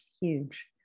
huge